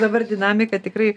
dabar dinamika tikrai